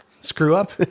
screw-up